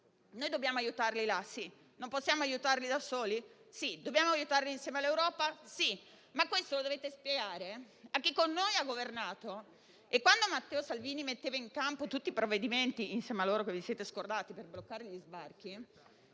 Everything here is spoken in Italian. Dobbiamo aiutarli nel loro Paese? Sì. Non possiamo aiutarli da soli? Sì. Dobbiamo aiutarli insieme all'Europa? Sì. Ma questo lo dovete spiegare a chi con noi ha governato, e quando Matteo Salvini metteva in campo tutti i provvedimenti insieme a loro - lo avete scordato - per bloccare gli sbarchi,